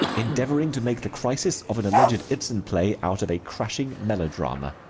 endeavoring to make the crisis of an alleged ibsen play out of a crashing melodrama.